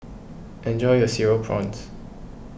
enjoy your Cereal Prawns